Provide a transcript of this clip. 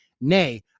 nay